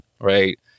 right